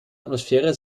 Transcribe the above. atmosphäre